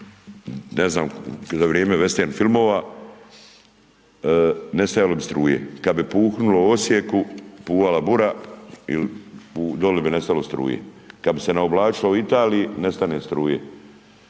ne znam za vrijeme vestern filmova, nestajalo bi struje, kad bi puhnulo u Osijeku, puhala bura ili dolje bi nestalo struje. Kad bi se naoblačilo u Italiji, nestane struje.